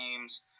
games